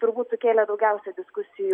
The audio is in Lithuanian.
turbūt sukėlė daugiausia diskusijų